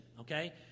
okay